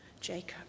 Jacob